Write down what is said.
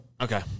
Okay